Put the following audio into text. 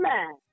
Man